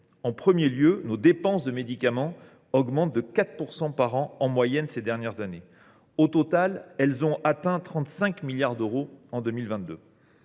En premier lieu, les dépenses de médicaments ont augmenté de 4 % par an, en moyenne, au cours des dernières années. Au total, elles ont atteint 35 milliards d’euros en 2022.